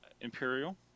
imperial